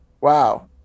Wow